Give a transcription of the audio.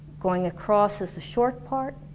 going across is the short part,